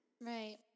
right